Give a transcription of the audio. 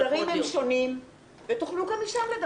הסדרים הם שונים ותוכלו גם משם לדבר.